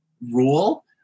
rule